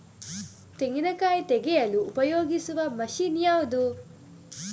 ತೆಂಗಿನಕಾಯಿ ತೆಗೆಯಲು ಉಪಯೋಗಿಸುವ ಮಷೀನ್ ಯಾವುದು?